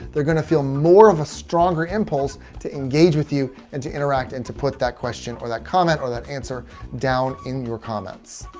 they're going to feel more of a stronger impulse to engage with you and to interact and to put that question or that comment or that answer down in your comments.